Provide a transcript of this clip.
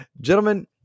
Gentlemen